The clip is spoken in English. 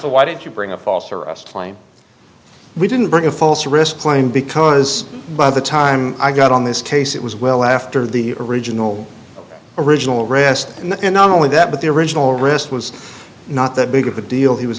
for why did you bring a false arrest we didn't bring a false arrest claim because by the time i got on this case it was well after the original original rest and not only that but the original rest was not that big of a deal he was